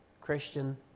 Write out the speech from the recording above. Christian